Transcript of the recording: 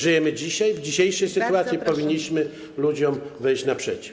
Żyjemy dzisiaj i w dzisiejszej sytuacji powinniśmy ludziom wyjść naprzeciw.